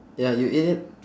ya you ate it